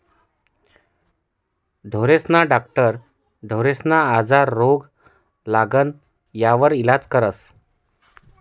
ढोरेस्ना डाक्टर ढोरेस्ना आजार, रोग, लागण यास्वर इलाज करस